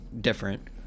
different